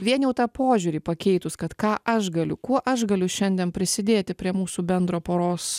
vien jau tą požiūrį pakeitus kad ką aš galiu kuo aš galiu šiandien prisidėti prie mūsų bendro poros